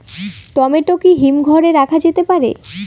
Tomato কি হিমঘর এ রাখা যেতে পারে?